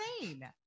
insane